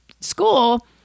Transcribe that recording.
school